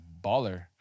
baller